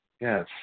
Yes